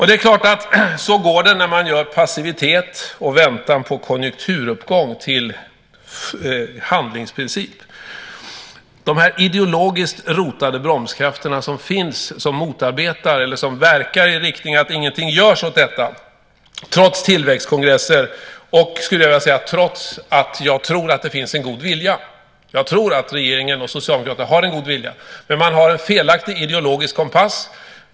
Det är klart att det går så när man gör passivitet och väntan på konjunkturuppgång till handlingsprincip. De ideologiskt rotade bromskrafter som finns motarbetar eller verkar i riktning mot att ingenting görs åt detta, trots tillväxtkongresser och trots att det finns en god vilja. Jag tror att regeringen och Socialdemokraterna har en god vilja, men man har en felaktig ideologisk kompass.